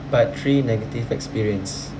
part three negative experience